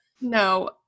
No